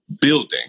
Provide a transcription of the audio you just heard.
building